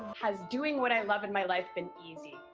has doing what i love in my life been easy?